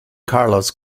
carlos